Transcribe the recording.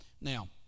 Now